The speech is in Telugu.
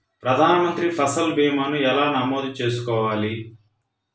ప్రధాన మంత్రి పసల్ భీమాను ఎలా నమోదు చేసుకోవాలి?